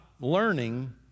learning